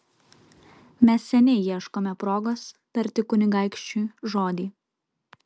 mes seniai ieškome progos tarti kunigaikščiui žodį